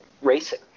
racing